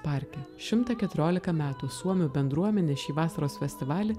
parke šimtą keturiolika metų suomių bendruomenė šį vasaros festivalį